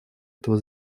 этого